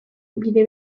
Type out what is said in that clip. bide